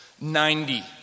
Ninety